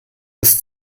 ist